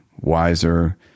wiser